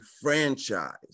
franchise